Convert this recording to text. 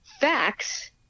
facts